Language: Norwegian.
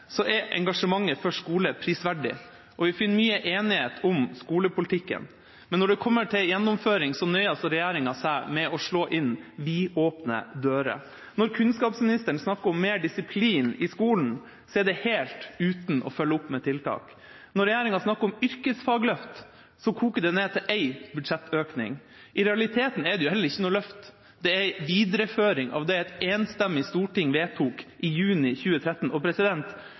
vi finner mye enighet om skolepolitikken. Men når det kommer til gjennomføring, nøyer altså regjeringa seg med å slå inn vidåpne dører. Når kunnskapsministeren snakker om mer disiplin i skolen, er det helt uten å følge opp med tiltak. Når regjeringa snakker om yrkesfagløft, koker det ned til en budsjettøkning. I realiteten er det heller ikke noe løft – det er en videreføring av det et enstemmig storting vedtok i juni 2013, og